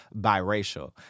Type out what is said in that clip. biracial